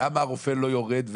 למה הרופא לא יורד.